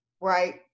right